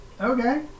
Okay